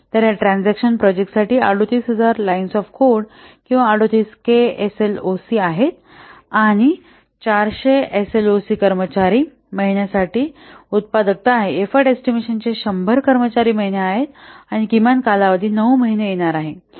तर या ट्रँझॅकशन प्रोजेक्टासाठी38000 लाईन्स ऑफ कोड किंवा 38 K S L O C आहेत आणि 400 एस एल ओ सी कर्मचारी महिन्यासाठी उत्पादकता आहे एफर्ट एस्टिमेशने १०० कर्मचारी महिने आहेत आणि किमान कालावधी9 महिने येणार आहे